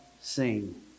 sing